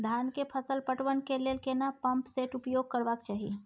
धान के फसल पटवन के लेल केना पंप सेट उपयोग करबाक चाही?